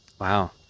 wow